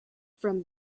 from